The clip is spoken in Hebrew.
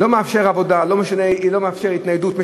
לא מאפשר עבודה, לא מאפשר התניידות.